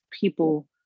people